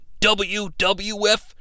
WWF